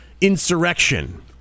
insurrection